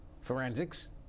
Forensics